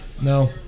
No